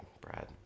brad